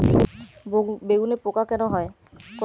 বেগুনে পোকা কেন হয়?